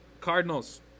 Cardinals